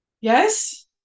Yes